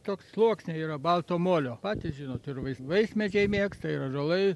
toks sluoksniai yra balto molio patys žinot ir vaismedžiai mėgsta ir ąžuolai